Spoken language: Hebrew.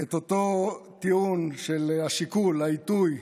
את אותו טיעון של השיקול, העיתוי,